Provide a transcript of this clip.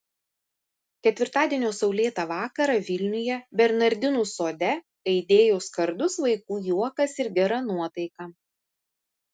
ketvirtadienio saulėtą vakarą vilniuje bernardinų sode aidėjo skardus vaikų juokas ir gera nuotaika